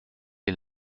est